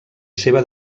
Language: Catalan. seva